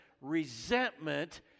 resentment